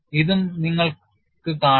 ഇതും നിങ്ങൾക്ക് കാണാം